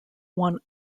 won